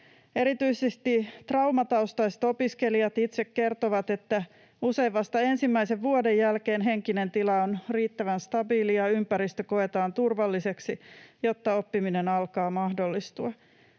Erityisesti traumataustaiset opiskelijat itse kertovat, että usein vasta ensimmäisen vuoden jälkeen henkinen tila on riittävän stabiili ja ympäristö koetaan turvalliseksi, jotta oppiminen alkaa mahdollistua.